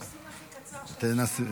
עושים הכי קצר שאפשר.